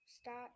start